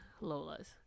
Lola's